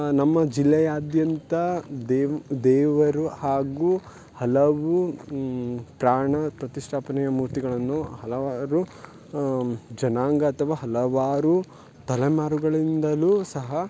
ನಮ್ಮ ಜಿಲ್ಲೆಯಾದ್ಯಂತ ದೇವು ದೇವರು ಹಾಗೂ ಹಲವು ಪ್ರಾಣ ಪ್ರತಿಷ್ಠಾಪನೆಯ ಮೂರ್ತಿಗಳನ್ನು ಹಲವಾರು ಜನಾಂಗ ಅಥವಾ ಹಲವಾರು ತಲೆಮಾರುಗಳಿಂದಲೂ ಸಹ